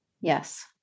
Yes